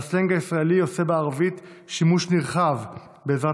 והסלנג הישראלי עושה בערבית שימוש נרחב בעזרת